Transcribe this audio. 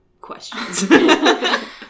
questions